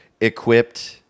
equipped